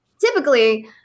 Typically